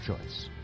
choice